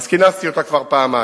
אז כינסתי אותה כבר פעמיים,